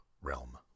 Realm